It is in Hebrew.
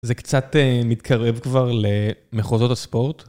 זה קצת מתקרב כבר למחוזות הספורט.